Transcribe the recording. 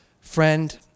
Friend